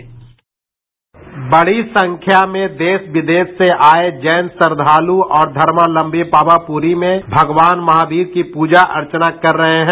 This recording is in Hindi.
बाईट बड़ी संख्या में देश विदेश से आये जैन श्रद्धालू और धर्मावलंबी पावापुरी में भगवान महावीर की पूजा अर्चना कर रहे हैं